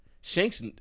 Shanks